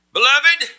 Beloved